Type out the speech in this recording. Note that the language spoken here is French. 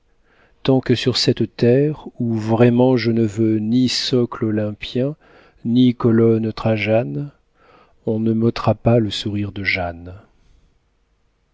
tant que sur cette terre où vraiment je ne veux ni socle olympien ni colonne trajane on ne m'ôtera pas le sourire de jeanne